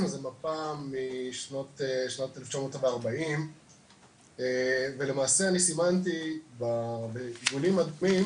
זו מפה משנת 1940 ולמעשה אני סימנתי בסימונים אדומים